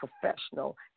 professional